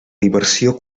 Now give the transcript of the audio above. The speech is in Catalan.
diversió